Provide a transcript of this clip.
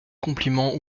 compliment